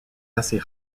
assez